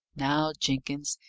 now, jenkins,